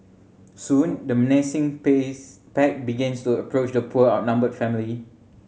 soon the menacing pace pack began to approach the poor outnumbered family